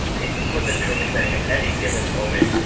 basically what they're doing is saying at any given moment,